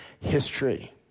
history